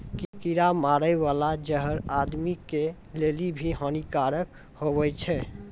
कीड़ा मारै बाला जहर आदमी के लेली भी हानि कारक हुवै छै